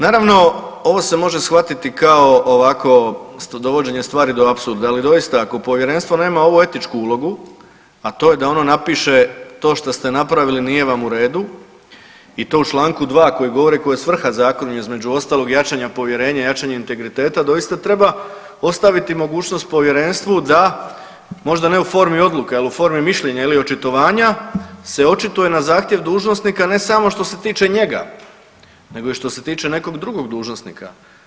Naravno ovo se može shvatiti kao ovako dovođenje stvari do apsurda, ali doista ako Povjerenstvo nema ovu etičku ulogu, a to je da ono napiše to što ste napravili nije vam u redu, i to u članku 2. koji govori, koja je svrha Zakona između ostalog, jačanje povjerenja, jačanje integriteta, doista treba ostaviti mogućnost Povjerenstvu da, možda ne u formi odluke, ali u formi mišljenja ili očitovanja, se očituje na zahtjev dužnosnika, ne samo što se tiče njega, nego i što se tiče nekog drugog dužnosnika.